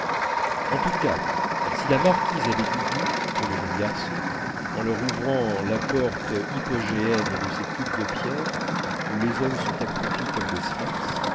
en tous cas si la marquise avait du goût pour les jeunes garçons en leur ouvrant la porte hypogéenne de ces cubes de pierre où les hommes sont accroupis comme des